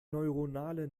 neuronale